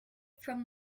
from